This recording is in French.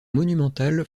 monumentale